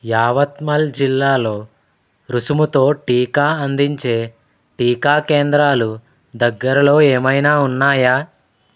యావత్మల్ జిల్లాలో రుసుముతో టీకా అందించే టీకా కేంద్రాలు దగ్గరలో ఏమైనా ఉన్నాయా